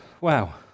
wow